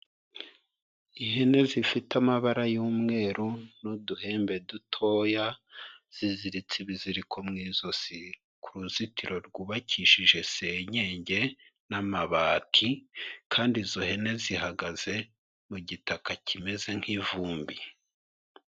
Ihene zifite amabara y'umweru n'uduhembe dutoya, ziziritse ibiziriko mu ijosi, ku ruzitiro rwubakishije senyenge n'amabati. Kandi izo hene zihagaze mu gitaka kimeze nk'ivumbi.